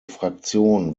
fraktion